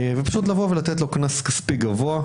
אלא פשוט לבוא ולתת לו קנס כספי גבוה,